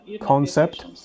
concept